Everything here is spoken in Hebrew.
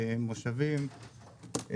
מושבים,